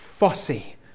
fussy